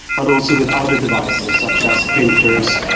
but also with other devices such as printers,